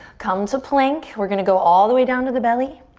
come to plank. we're gonna go all the way down to the belly.